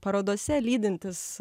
parodose lydintis